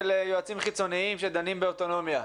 של יועצים חיצוניים שדנים באוטונומיה?